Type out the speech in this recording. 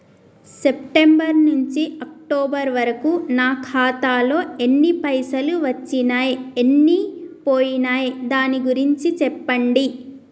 September నుంచి October వరకు నా ఖాతాలో ఎన్ని పైసలు వచ్చినయ్ ఎన్ని పోయినయ్ దాని గురించి చెప్పండి?